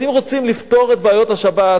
אם רוצים לפתור את בעיות השבת,